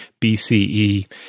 BCE